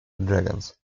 dragons